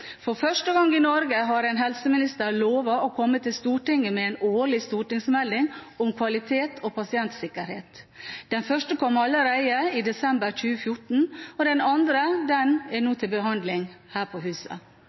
For første gang i Norge har en helseminister lovet å komme til Stortinget med en årlig stortingsmelding om kvalitet og pasientsikkerhet. Den første kom allerede i desember 2014, og den andre er nå til behandling her i huset.